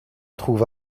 trouve